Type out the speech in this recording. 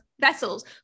vessels